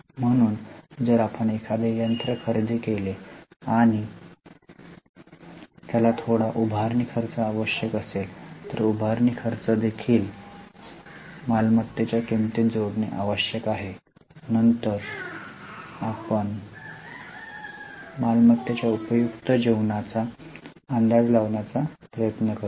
म्हणून जर आपण एखादे यंत्र खरेदी केले आणि त्याला थोडा उभारणी खर्च आवश्यक असेल तर तो उभारणी खर्च देखील मालमत्त्तेच्या किंमतीत जोडणे आवश्यक आहे नंतर आपण मालमत्त्तेच्या उपयुक्त जीवनाचा अंदाज लावण्याचा प्रयत्न करतो